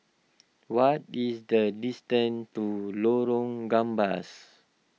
what is the distance to Lorong Gambas